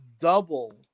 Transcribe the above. double